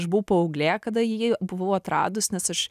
aš buvau paauglė kada jį buvau atradus nes aš